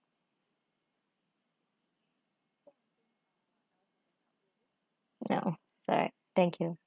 no alright thank you